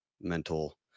mental